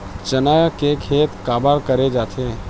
चना के खेती काबर करे जाथे?